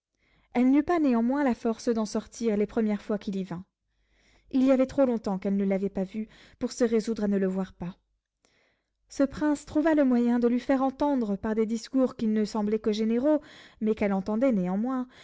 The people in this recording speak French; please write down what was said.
elle n'eut pas néanmoins la force d'en sortir les premières fois qu'il y vint il y avait trop longtemps qu'elle ne l'avait vu pour se résoudre à ne le voir pas ce prince trouva le moyen de lui faire entendre par des discours qui ne semblaient que généraux mais qu'elle entendait néanmoins